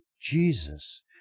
Jesus